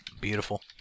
Beautiful